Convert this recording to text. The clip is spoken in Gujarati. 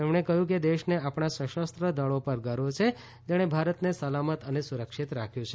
તેમણે કહ્યું દેશને આપણા સશસ્ત્ર દળો પર ગર્વ છે જેણે ભારતને સલામત અને સુરક્ષિત રાખ્યું છે